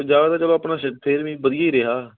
ਪੰਜਾਬ ਦਾ ਚਲੋ ਆਪਣਾ ਸ਼ ਫਿਰ ਵੀ ਵਧੀਆ ਹੀ ਰਿਹਾ